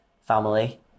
family